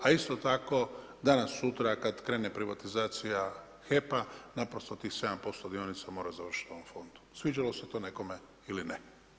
A isto tako danas sutra kada krene privatizacija HEP-a naprosto tih 7% dionica mora završiti u ovom fondu, sviđalo se to nekome ili ne.